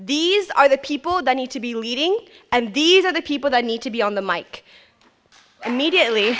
these are the people that need to be leading and these are the people that need to be on the mike immediately